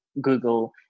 google